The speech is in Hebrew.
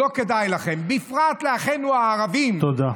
לא כדאי לכם, בפרט לאחינו הערבים, תודה.